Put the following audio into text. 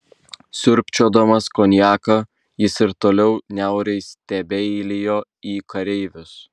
siurbčiodamas konjaką jis ir toliau niauriai stebeilijo į kareivius